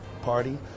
party